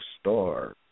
Star